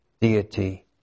deity